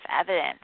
evidence